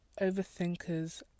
overthinkers